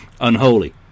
Unholy